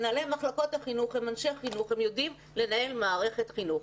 מנהלי מחלקות החינוך הם אנשי חינוך והם יודעים לנהל מערכת חינוך.